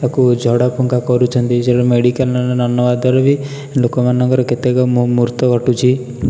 ତାକୁ ଝଡ଼ା ଫୁଙ୍କା କରୁଛନ୍ତି ମେଡିକାଲ ନ ନେବା ଦ୍ୱାରା ବି ଲୋକମାନଙ୍କର କେତେକ ମୃତ୍ୟୁ ଘଟୁଛି